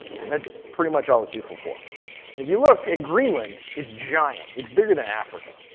and that's pretty much all it's useful for. and if you look at greenland, it's giant. it's bigger than africa.